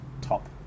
top